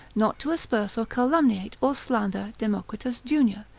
not to asperse, or calumniate, or slander, democritus junior,